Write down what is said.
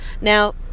Now